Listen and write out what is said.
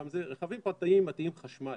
לרכבים פרטיים מתאים חשמל.